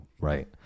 right